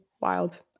wild